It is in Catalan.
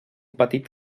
petit